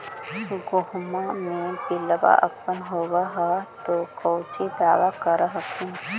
गोहुमा मे पिला अपन होबै ह तो कौची दबा कर हखिन?